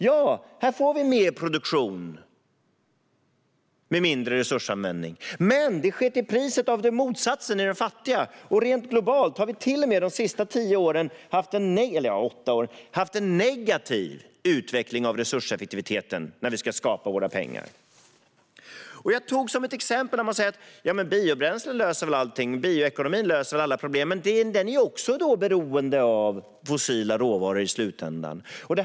Ja, här får vi mer produktion med mindre resursanvändning, men det sker till priset av motsatsen i de fattiga länderna. Rent globalt har vi till och med de senaste åtta åren haft en negativ utveckling av resurseffektiviteten när vi ska skapa våra pengar. Man säger: Ja, men biobränslen löser väl allting. Bioekonomin löser väl alla problem. Men den är ju också beroende av fossila råvaror i slutändan.